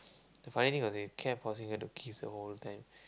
the funny thing was he kept forcing her to kiss the whole time